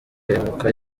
ibuka